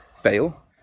fail